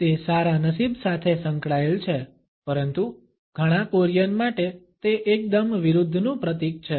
તે સારા નસીબ સાથે સંકળાયેલ છે પરંતુ ઘણા કોરિયન માટે તે એકદમ વિરુદ્ધનું પ્રતીક છે